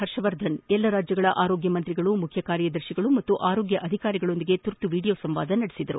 ಪರ್ಷವರ್ಧನ್ ಎಲ್ಲಾ ರಾಜ್ಯಗಳ ಆರೋಗ್ಯ ಸಚಿವರು ಮುಖ್ಯ ಕಾರ್ಯದರ್ತಿಗಳು ಹಾಗೂ ಆರೋಗ್ಯ ಅಧಿಕಾರಿಗಳೊಂದಿಗೆ ತುರ್ತು ವಿಡಿಯೋ ಸಂವಾದ ನಡೆಸಿದರು